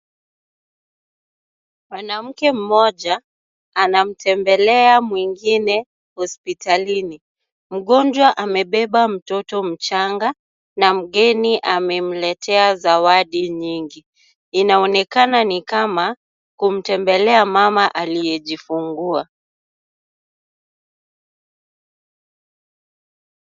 Mwanamke mmoja anamtembelea mwingine hospitalini, mgonjwa amebeba mtoto mchanga na mgeni amemletea zawadi nyingi. Inaonekana ni kama kumtembelea mama aliyejifungua.